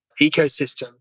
ecosystem